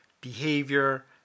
behavior